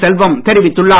செல்வம் தெரிவித்துள்ளார்